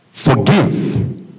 Forgive